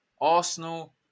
Arsenal